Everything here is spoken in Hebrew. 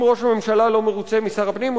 אם ראש הממשלה לא מרוצה משר הפנים הוא